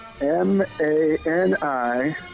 M-A-N-I